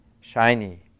shiny